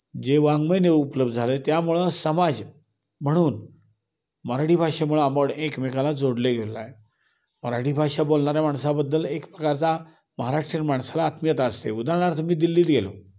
जे वाङ्मय उपलब्ध झालं आहे त्यामुळं समाज म्हणून मराठी भाषेमुळं आपण एकमेकाला जोडले गेलेला आहे मराठी भाषा बोलणाऱ्या माणसाबद्दल एक प्रकारचा महाराष्ट्रीयन माणसाला आत्मियता असते उदाहारणार्थ मी दिल्लीत गेलो